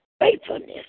faithfulness